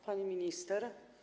Pani Minister!